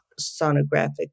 sonographic